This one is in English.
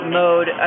mode